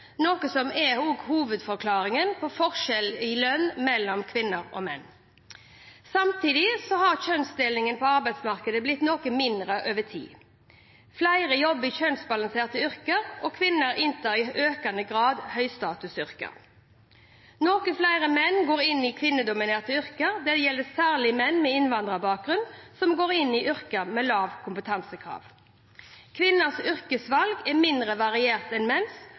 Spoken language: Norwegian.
noe som er hovedforklaringen på forskjell i lønn mellom kvinner og menn. Samtidig har kjønnsdelingen på arbeidsmarkedet blitt noe mindre over tid. Flere jobber i kjønnsbalanserte yrker, og kvinner inntar i økende grad høystatusyrker. Noen flere menn går inn i kvinnedominerte yrker. Dette gjelder særlig menn med innvandrerbakgrunn, som går inn i yrker med lave kompetansekrav. Kvinners yrkesvalg er mindre variert enn menns,